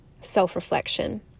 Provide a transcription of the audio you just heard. self-reflection